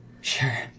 Sure